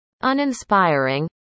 Uninspiring